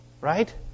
right